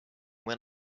when